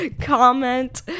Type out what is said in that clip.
comment